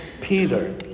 Peter